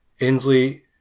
Inslee